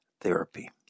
therapy